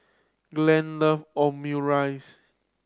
Glen love Omurice